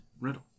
riddle